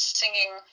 singing